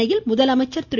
சென்னையில் முதலமைச்சர் திரு